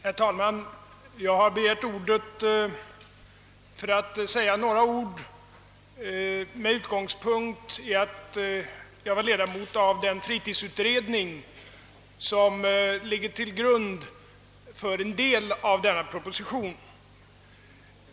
Herr talman! Jag har begärt ordet för att säga några ord med anledning av att jag var ledamot av den fritidsutredning, vars förslag ligger till grund för en del av denna proposition.